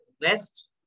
West